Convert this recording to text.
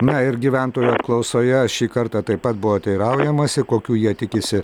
na ir gyventojų apklausoje šį kartą taip pat buvo teiraujamasi kokių jie tikisi